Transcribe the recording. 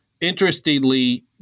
Interestingly